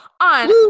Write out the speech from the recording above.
on